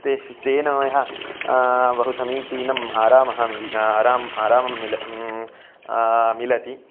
ते तेन मया बहुसमीचीनम् आरामः मिलति आरामः आरामः मिलति मिलति